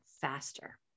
faster